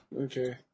okay